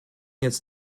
jetzt